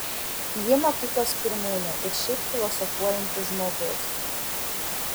ji mokyklos pirmūnė ir šiaip filosofuojantis žmogus